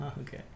Okay